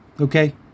Okay